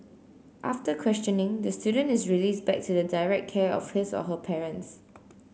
after questioning the student is released back to the direct care of his or her parents